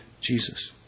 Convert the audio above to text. Jesus